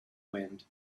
wind